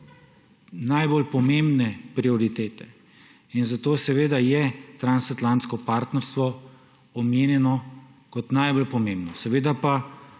najbolj pomembne prioritete. Zato je transatlantsko partnerstvo omenjeno kot najbolj pomembno, seveda pa